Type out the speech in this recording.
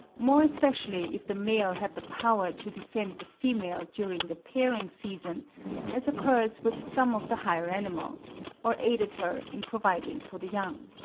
more especially if the male had the power to defend the female during the pairing-season as occurs with some of the higher animals, or aided her in providing for the young.